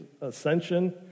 ascension